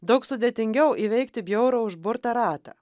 daug sudėtingiau įveikti bjaurų užburtą ratą